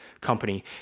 company